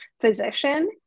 physician